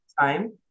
time